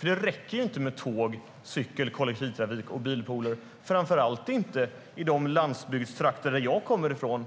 Det räcker inte med tåg, cykel, kollektivtrafik och bilpooler - framför allt inte i de landsbygdstrakter som jag kommer ifrån.